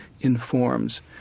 informs